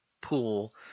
pool